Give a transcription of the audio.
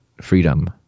freedom